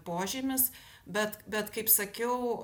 požymis bet bet kaip sakiau